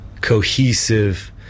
cohesive